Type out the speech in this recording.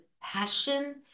passion